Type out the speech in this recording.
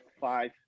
five